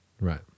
right